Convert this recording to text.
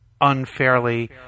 unfairly